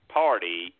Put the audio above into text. party